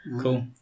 cool